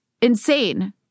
insane